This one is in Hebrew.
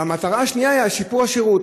המטרה השנייה היא שיפור השירות.